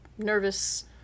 nervous